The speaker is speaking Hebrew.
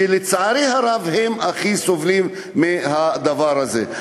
שלצערי הרב הם הכי סובלים מהדבר הזה.